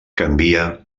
canvia